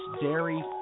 dairy